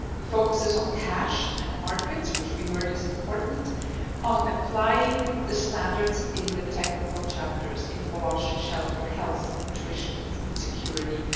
it focuses on cash and markets, which we heard is important on applying the standards in the technical chapters in wash shelter, health, nutrition, food security.